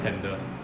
handle